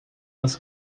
nas